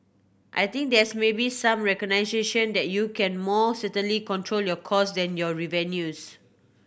I think there's maybe some recognition that you can more certainly control your costs than your revenues